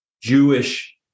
Jewish